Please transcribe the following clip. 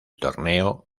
torneo